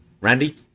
Randy